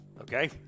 Okay